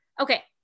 okay